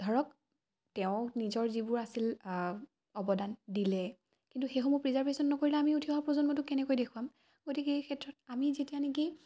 ধৰক তেওঁক নিজৰ যিবোৰ আছিল অৱদান দিলে কিন্তু সেইসমূহ প্ৰিজাৰ্ভেশ্যন নকৰিলে আমি উঠি অহা প্ৰজন্মটো কেনেকৈ দেখুৱাম গতিকে এই ক্ষেত্ৰত আমি যেতিয়া নেকি